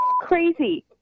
crazy